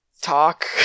talk